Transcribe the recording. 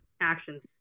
actions